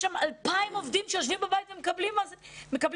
יש שם 2,000 עובדים שיושבים בבית ומקבלים כסף.